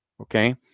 Okay